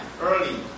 early